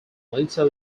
lindsay